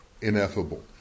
ineffable